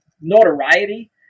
notoriety